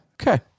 Okay